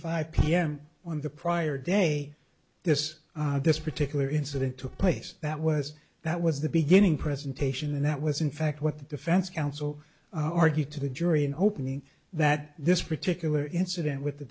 five pm on the prior day this this particular incident took place that was that was the beginning presentation and that was in fact what the defense counsel argued to the jury in opening that this particular incident with the